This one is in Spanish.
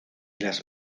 las